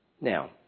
Now